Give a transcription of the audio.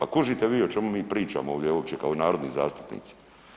A kužite vi o čemu mi pričamo ovdje uopće kao narodni zastupnici?